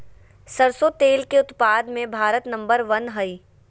सरसों तेल के उत्पाद मे भारत नंबर वन हइ